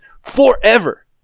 forever